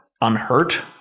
unhurt